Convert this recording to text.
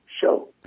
show